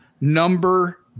number